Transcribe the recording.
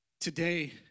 Today